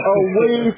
away